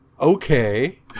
okay